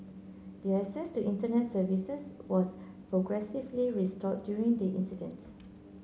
their access to Internet services was progressively restored during the incident